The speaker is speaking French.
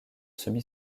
semi